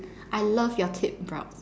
I love your thick brows